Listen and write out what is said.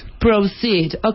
Proceed